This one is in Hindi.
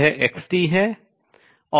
यह xt है